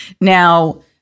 now